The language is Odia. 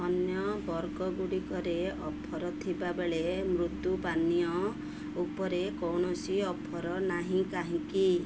ଅନ୍ୟ ବର୍ଗ ଗୁଡ଼ିକରେ ଅଫର୍ ଥିବାବେଳେ ମୃଦୁ ପାନୀୟ ଉପରେ କୌଣସି ଅଫର୍ ନାହିଁ କାହିଁକି